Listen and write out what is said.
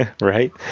right